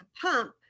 pump